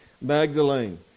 Magdalene